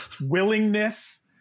willingness